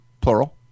plural